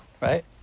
Right